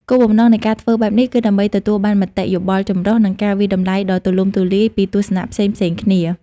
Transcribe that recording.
គោលបំណងនៃការធ្វើបែបនេះគឺដើម្បីទទួលបានមតិយោបល់ចម្រុះ និងការវាយតម្លៃដ៏ទូលំទូលាយពីទស្សនៈផ្សេងៗគ្នា។